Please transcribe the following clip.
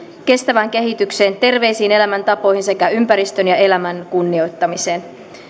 kestävään kehitykseen terveisiin elämäntapoihin sekä ympäristön ja elämän kunnioittamiseen